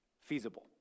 feasible